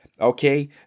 okay